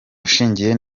ushingiye